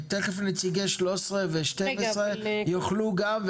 תכף נציגי 12 ו-13 יוכלו גם,